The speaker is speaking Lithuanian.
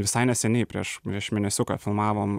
visai neseniai prieš prieš mėnesiuką filmavom